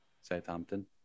Southampton